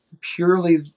purely